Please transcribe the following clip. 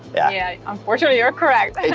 yeah. yeah, unfortunately you're correct.